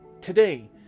Today